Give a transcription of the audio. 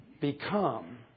become